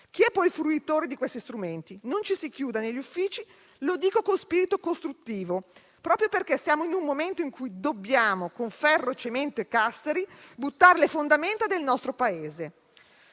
Chi, poi, è fruitore di questi strumenti non si chiuda negli uffici. Lo dico con spirito costruttivo, proprio perché siamo in un momento in cui dobbiamo - con ferro, cemento e casseri - buttare le fondamenta del nostro Paese.